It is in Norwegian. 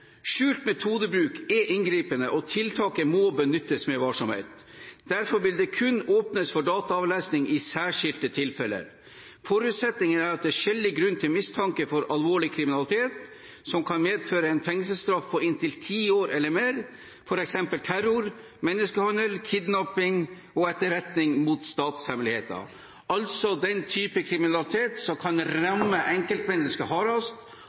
Skjult metodebruk er inngripende, og tiltaket må benyttes med varsomhet. Derfor vil det kun åpnes for dataavlesning i særskilte tilfeller. Forutsetningen er at det er skjellig grunn til mistanke om alvorlig kriminalitet som kan medføre en fengselsstraff på inntil ti år eller mer, f.eks. terror, menneskehandel, kidnapping og etterretning mot statshemmeligheter, altså den typen kriminalitet som kan ramme enkeltmennesket og staten hardest.